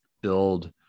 build